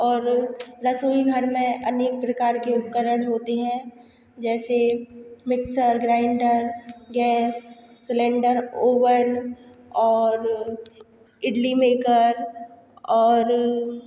और रसोईघर में अनेक प्रकार के उपकरण होते हैं जैसे mixer grinder gas cylinder oven और इडली मेकर और